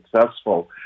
successful